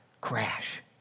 crash